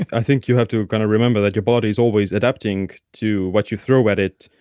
i think you have to kind of remember that your body's always adapting to what you throw at it.